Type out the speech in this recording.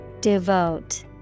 Devote